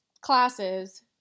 classes